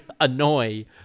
annoy